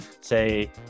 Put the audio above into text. say